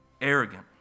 arrogant